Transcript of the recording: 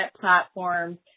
platforms